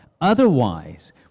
Otherwise